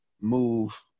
move